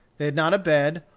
they had not a bed,